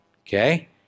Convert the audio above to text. okay